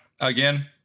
Again